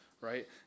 right